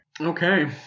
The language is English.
Okay